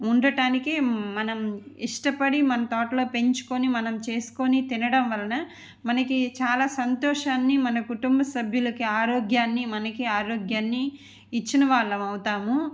ఉండటానికి మనం ఇష్టపడి మన తోటలో పెంచుకొని మనం చేసుకొని తినడం వల్ల మనకి చాలా సంతోషాన్ని మన కుటుంబ సభ్యులకి ఆరోగ్యాన్ని మనకి ఆరోగ్యాన్ని ఇచ్చిన వాళ్ళం అవుతాము